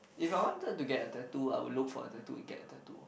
if I wanted to get a tattoo I would look for a tattoo to get a tattoo